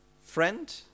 friend